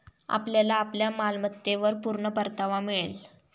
आपल्याला आपल्या मालमत्तेवर पूर्ण परतावा मिळेल